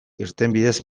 irtenbideez